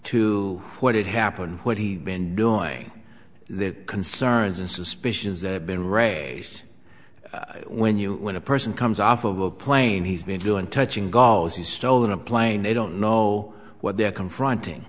to what had happened what he'd been doing the concerns and suspicions that have been raised when you when a person comes off of a plane he's been doing touch ingalls he's stolen a plane they don't know what they're confronting